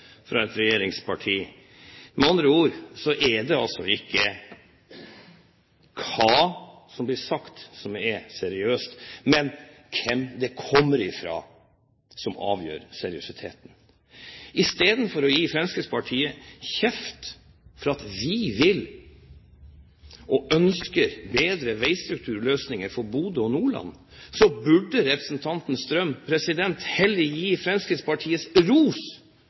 fra et regjeringsparti. Med andre ord så er det altså ikke hva som blir sagt, som er seriøst, men hvem det kommer fra, som avgjør seriøsiteten. I stedet for å gi Fremskrittspartiet kjeft for at vi vil og ønsker bedre veistrukturløsninger for Bodø og Nordland, burde representanten Strøm heller gi Fremskrittspartiet ros